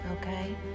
okay